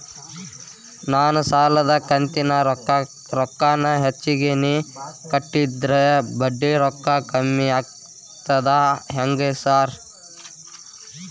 ನಾನ್ ಸಾಲದ ಕಂತಿನ ರೊಕ್ಕಾನ ಹೆಚ್ಚಿಗೆನೇ ಕಟ್ಟಿದ್ರ ಬಡ್ಡಿ ರೊಕ್ಕಾ ಕಮ್ಮಿ ಆಗ್ತದಾ ಹೆಂಗ್ ಸಾರ್?